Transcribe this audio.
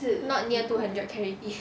not near two hundred can already